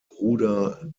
bruder